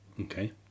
okay